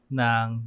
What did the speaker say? ng